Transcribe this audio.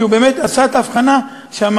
כי הוא באמת עשה את ההבחנה שאמרתי.